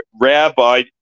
rabbi